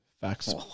Facts